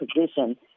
position